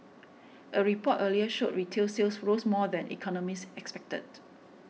a report earlier showed retail sales rose more than economists expected